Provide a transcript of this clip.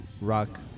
rock